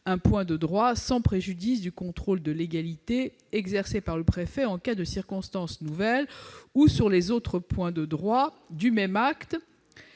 un point de droit, sans préjudice du contrôle de légalité exercé par le préfet en cas de circonstances nouvelles et sur les autres points de droit du même acte